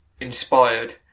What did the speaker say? inspired